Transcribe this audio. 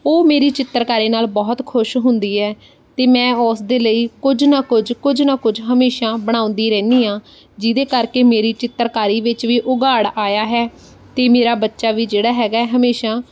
ਉਹ ਮੇਰੀ ਚਿੱਤਰਕਾਰੀ ਨਾਲ ਬਹੁਤ ਖੁਸ਼ ਹੁੰਦੀ ਹੈ ਅਤੇ ਮੈਂ ਉਸ ਦੇ ਲਈ ਕੁਝ ਨਾ ਕੁਝ ਕੁਝ ਨਾ ਕੁਝ ਹਮੇਸ਼ਾ ਬਣਾਉਂਦੀ ਰਹਿੰਦੀ ਹਾਂ ਜਿਹਦੇ ਕਰਕੇ ਮੇਰੀ ਚਿੱਤਰਕਾਰੀ ਵਿੱਚ ਵੀ ਉਗਾੜ ਆਇਆ ਹੈ ਅਤੇ ਮੇਰਾ ਬੱਚਾ ਵੀ ਜਿਹੜਾ ਹੈਗਾ ਹਮੇਸ਼ਾ